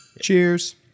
Cheers